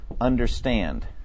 understand